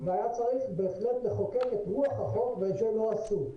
והיה צריך בהחלט לחוקק את רוח החוק ואת זה לא עשו.